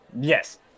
Yes